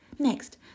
Next